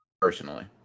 personally